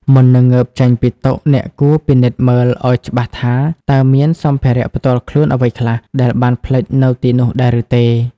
មុននឹងងើបចេញពីតុ អ្នកគួរពិនិត្យមើលឱ្យច្បាស់ថាតើមានសម្ភារៈផ្ទាល់ខ្លួនអ្វីខ្លះដែលបានភ្លេចនៅទីនោះដែរឬទេ។